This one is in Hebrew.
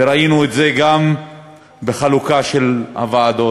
וראינו את זה גם בחלוקה של הוועדות.